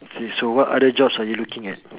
K so what other jobs are you looking at